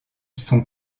sont